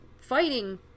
fighting